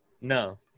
No